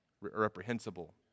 reprehensible